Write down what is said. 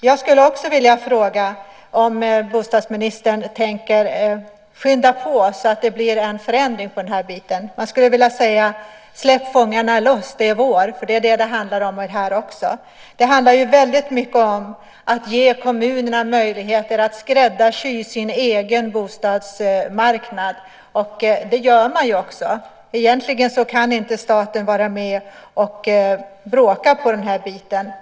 Jag skulle också vilja fråga om bostadsministern tänker skynda på så att det blir en förändring i den här biten. Jag skulle vilja säga: Släpp fångarne loss, det är vår! Det är nämligen vad det handlar om här också. Det handlar väldigt mycket om att ge kommunerna möjlighet att skräddarsy sin egen bostadsmarknad. Det gör man ju också. Egentligen kan inte staten vara med och bråka på det här området.